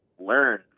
learn